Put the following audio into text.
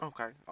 Okay